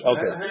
Okay